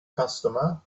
customer